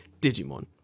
digimon